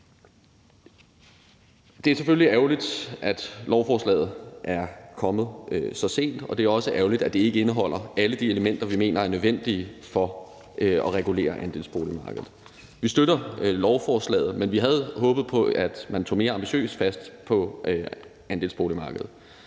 Det er selvfølgelig ærgerligt, at lovforslaget er kommet så sent, og det er også ærgerligt, at det ikke indeholder alle de elementer, vi mener er nødvendige for at regulere andelsboligmarkedet. Vi støtter lovforslaget, men vi havde håbet på, at man tog mere ambitiøst fat på andelsboligmarked.